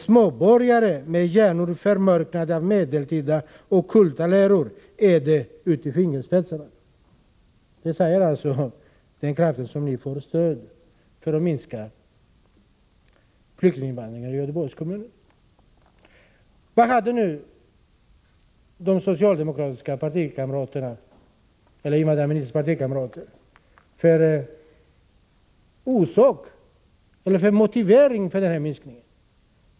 Småborgare med hjärnor förmörkade av medeltida ockulta läror är de ut i fingerspetsarna. Så säger alltså företrädare för de krafter av vilka ni får stöd för att minska flyktinginvandringen till Göteborgs kommun. Vilken motivering hade nu invandrarministerns partikamrater till denna minskning?